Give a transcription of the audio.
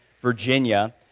Virginia